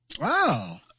Wow